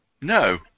No